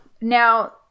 Now